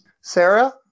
Sarah